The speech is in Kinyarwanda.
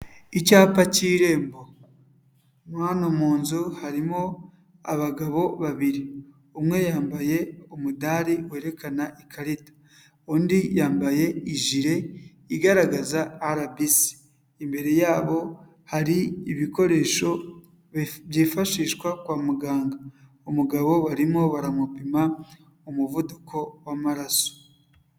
Icyapa cy'irembo mo hano mu nzu harimo abagabo babiri, umwe yambaye umudari werekana ikarita undi, yambaye ijire igaragaza RBC imbere yabo hari ibikoresho byifashishwa kwa muganga, umugabo barimo baramupima umuvuduko w'amaraso.